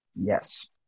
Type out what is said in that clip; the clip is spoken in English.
Yes